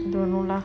don't know lah